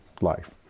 life